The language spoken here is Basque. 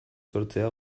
sortzea